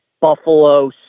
Buffalo